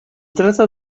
trata